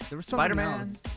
Spider-Man